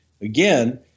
again